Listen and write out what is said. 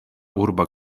urba